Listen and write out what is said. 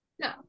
no